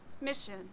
mission